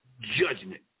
judgment